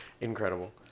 incredible